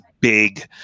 big